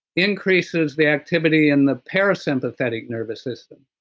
increases the activity in the parasympathetic nervous system.